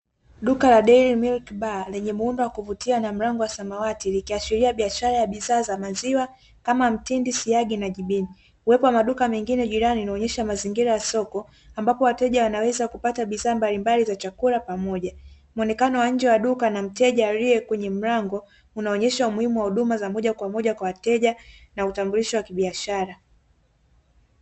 Duka la "Dairy Milk Bar" lenye muundo wa kuvutia na mlango wa samawati likiashiria biashara ya bidhaa za maziwa kama mtindi, siagi na jibini. Uwepo wa maduka mengine jirani unaonesha mazingira ya soko, ambapo wateja wanaweza kupata bidhaa mbalimbali za chakula pamoja. Muonekano wa nje wa duka na mteja aliye kwenye mlango kunaonesha umuhimu huduma za moja kwa moja kwa wateja na utambulisho wa kibiashara.